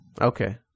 Okay